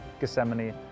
Gethsemane